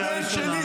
קריאה ראשונה.